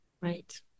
Right